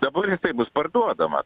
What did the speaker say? dabar jisai bus parduodamas